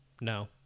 no